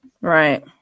Right